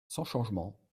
changement